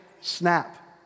snap